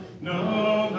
no